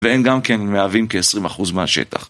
והם גם כן מהווים כ-20 אחוז מהשטח.